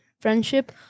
friendship